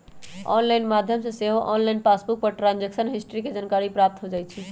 online माध्यम से सेहो ऑनलाइन पासबुक पर ट्रांजैक्शन हिस्ट्री के जानकारी प्राप्त हो जाइ छइ